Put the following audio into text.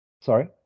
sorry